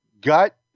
gut